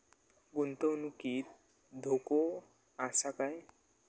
गुंतवणुकीत धोको आसा काय?